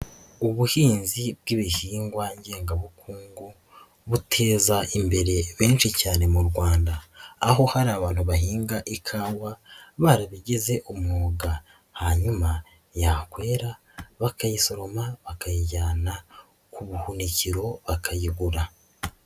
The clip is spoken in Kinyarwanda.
Ubuhinzi bw'ibihingwa ngengabukungu buteza imbere benshi cyane mu Rwanda, aho hari abantu bahinga ikawa barabigize umwuga, hanyuma yakwera bakayisoroma bakayijyana ku buhunikiro bakayigura.